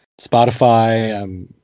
Spotify